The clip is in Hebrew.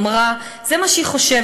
אמרה: "זה מה שהיא חושבת,